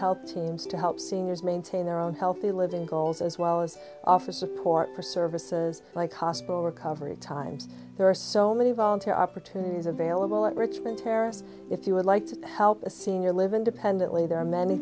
teams to help seniors maintain their own healthy living goals as well as office support for services like hospital recovery times there are so many volunteer opportunities available at richmond terrace if you would like to help a senior live independently there are many